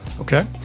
Okay